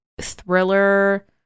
thriller